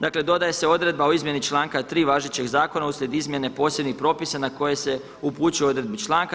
Dakle dodaje se odredba o izmjeni članka 3. važećeg zakona uslijed izmjene posebnih propisa na koje se upućuje u odredbi članka.